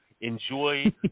Enjoy